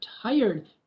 tired